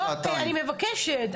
אני מבקשת.